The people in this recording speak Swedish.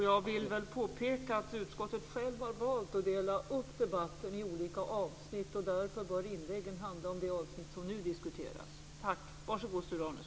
Jag vill påpeka att utskottet självt har valt att dela upp debatten i olika avsnitt. Därför bör inläggen handla om det avsnitt som nu diskuteras.